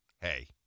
hey